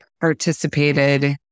participated